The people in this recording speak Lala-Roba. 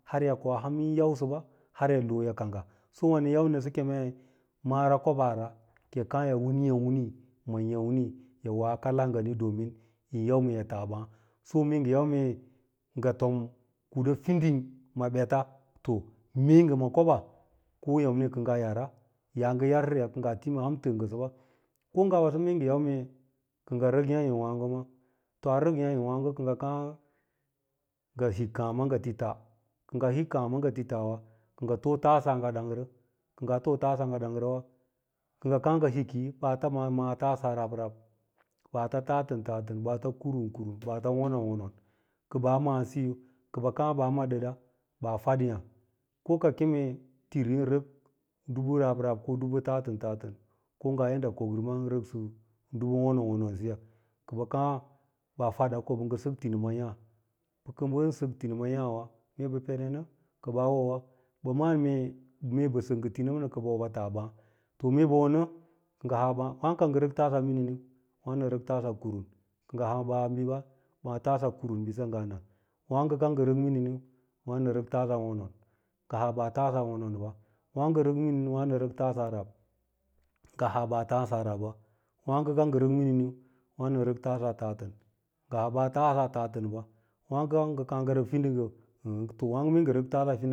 Har yi koa ham yin yusɚba, har yi loo yi kangga so nɚn yau nɚsɚ keme mara koba bara ki yi kàà yi win winee ma yàmni a kala a ngani domin yin yau mee yi taa ɓaa, so mee ngɚn yau mee ngɚ fom kuɗa fiding ma beta to mee ngɚ ma koɓaa ko yamni kɚ ngaa yara, yaa ngɚ yarsɚsɚya ɚ nga timaa ham yi tɚɚ ngɚsɚba, ko ngaa waso mee ngɚ yau kɚ ngɚ fɚk yààyǒwààgu ma to a rɚk yààyǒwààgo kɚ ngɚ kàà ngɚ hik kààma ngɚ ti ta wa kɚ ngɚ tor taba ngɚ dangrɚ, kɚ ngaa too tasa ngɚ dang rɚ wa, kɚ ngɚ kàà ngɚ hiki, ɓaatan mààn màà tasa ra-rab, bata tatɚn tatɚn baata kurum kurum, ɓaata wonon wonon kɚ ɓɚ kàà saa ma ɚda ɓaa-faɗ yaa ko ka keme tirin rɚk dubu rab-rab ko dubu ta tɚo ko nga yadda ko kieman rɚksɚ dubu wonon siya kɚ bɚ kàà baa fada ko ɓɚ ngɚ sɚk tinima yàà kɚ ɓɚ ngɚ sɚk tinima yààwa mee peɗɚ nɚ kɚ baa wowa ɓɚ malan mee, mee ɓɚ sɚk ngɚ tinima yààwà mee peɗɚ nɚ kɚ baa wowa ɓɚ malan mee,. ee ɓɚ sɚk ngɚ tinima nɚ kɚ ɓɚ taa ɓàà to mee ɓɚ wonɚ ngɚ haa ɓàà wààgo a ngɚ rɚk tasa mininiu? Wàno nɚ rɚk tasa kurun ngɚ haa ɓaaɓisa ɓaa tasa kurunb isa nga na, wààgo kau ngɚ rɚk tasa wiriniu wano nɚ rɚk tass wonon, ngɚ haa bàà tasa won onɓa, wààgo kau wàno nɚ rɚk tasa rab, ngɚ haa ɓaa tasa rabba, wààgo kau ngɚ tasa wirinin wànɚ nɚ rɚk tasa tatɚn, ngɚ haa bàà tasa tatɚnɓa, wààgo kau nyɚ kàà ngɚ fidinggɚu to wààgo mee ngɚ rɚk tasa wirini har yi koa ham